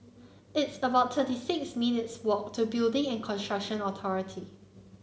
it's about thirty six minutes' walk to Building and Construction Authority